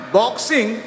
boxing